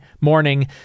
morning